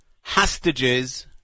hostages